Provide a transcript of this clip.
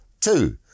Two